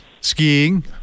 skiing